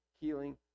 healing